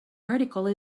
article